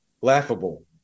laughable